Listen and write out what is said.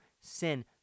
sin